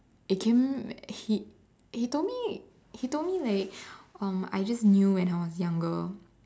it came he he told me he told me like um I just knew when I was younger